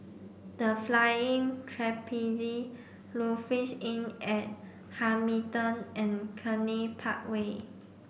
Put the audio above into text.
The Flying Trapeze Lofi Inn at Hamilton and Cluny Park Way